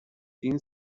این